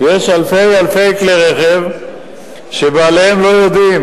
יש אלפי-אלפי כלי-רכב שבעליהם לא יודעים